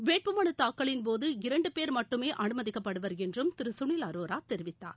வேட்புமலு தாக்கலின் போது இரண்டுபேர் மட்டுமே அனுமதிக்கப்படுவர் என்றும் திரு கனில் அரோரா தெரிவித்தார்